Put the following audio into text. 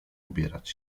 ubierać